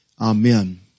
Amen